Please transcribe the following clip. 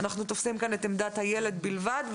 אלא את עמדת הילד בלבד.